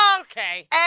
Okay